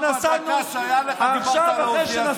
עכשיו, למה בדקה שהייתה לך דיברת על האוזנייה שלי?